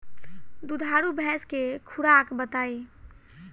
दुधारू भैंस के खुराक बताई?